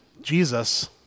Jesus